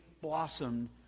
blossomed